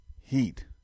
heat